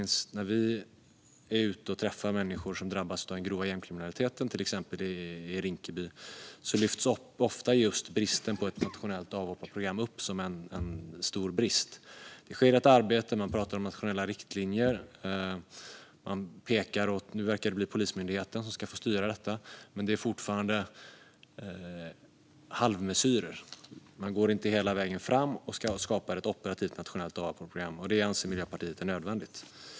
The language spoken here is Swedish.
När vi är ute och träffar människor som drabbas av den grova gängkriminaliteten, till exempel i Rinkeby, lyfts ofta just bristen på ett nationellt avhopparprogram upp som en stor brist. Det sker ett arbete, och man pratar om nationella riktlinjer. Nu verkar det bli Polismyndigheten som ska få styra detta, men det är fortfarande halvmesyrer - man går inte hela vägen fram och skapar ett operativt nationellt avhopparprogram. Det anser Miljöpartiet är nödvändigt.